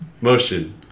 motion